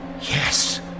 Yes